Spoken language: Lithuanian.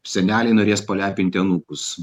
seneliai norės palepinti anūkus